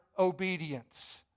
obedience